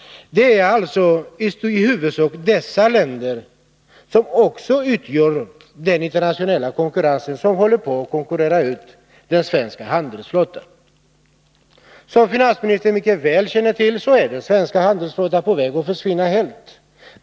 Det är alltså i huvudsak den nämnda typen av rederier som står för den internationella konkurrens som håller på att slå ut den svenska handelsflottan. Som finansministern mycket väl känner till är den svenska handelsflottan på väg att försvinna helt.